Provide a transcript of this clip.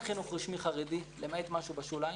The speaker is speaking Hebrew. חינוך רשמי חרדי למעט משהו בשוליים,